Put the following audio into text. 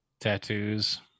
Tattoos